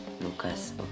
Lucas